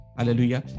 Hallelujah